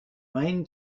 main